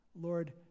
Lord